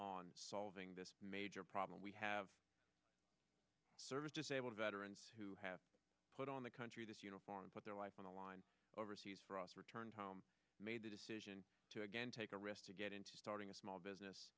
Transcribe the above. on solving this major problem we have service disabled veterans who have put on the country this uniform put their life on the line overseas for us returned home made the decision to again take a risk to get into starting a small business